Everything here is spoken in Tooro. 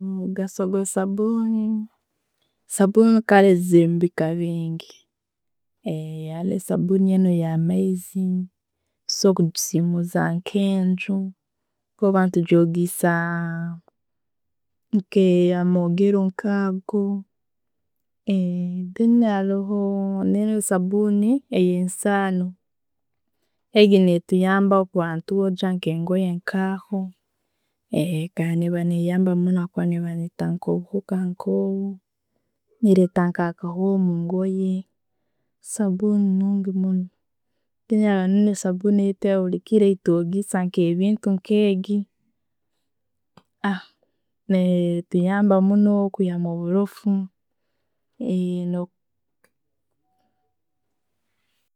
Omugaso gwa sabuuni, sabuuni kale zirimu ebika bingi, haroho sabuuni eza eyamaizi, kusobora kokigisimuza nkenju orba tujogesa nka amogero nkago. Then haroho esabuuni eyesaano, egyi netuyamba kuba netwogya engoye nka aho, neba neyamba munno habwokuba neba neita obuhuka nkobwo, neleta akahoho mungoye, sabuuni nungi munno. Then haroho sabuuni yaitu eyaburukiro gyetwogesa nkebentu nkyegi, ni- nituyamba muno kwihamu oburofu.